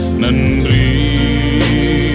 nandri